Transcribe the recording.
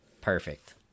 Perfect